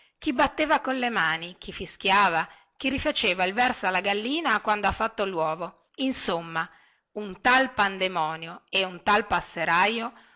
chi batteva le mani chi fischiava chi rifaceva il verso alla gallina quando ha fatto lovo insomma un tal pandemonio un tal passeraio